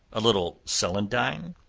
a little celandine,